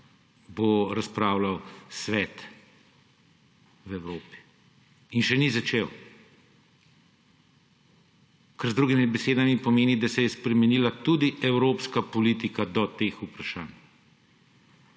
bo razpravljal Svet Evrope. In še ni začel. Kar z drugimi besedami pomeni, da se je spremenila tudi evropska politika do teh vprašanj.